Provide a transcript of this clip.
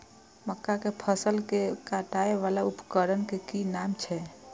मक्का के फसल कै काटय वाला उपकरण के कि नाम छै?